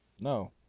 No